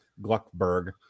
Gluckberg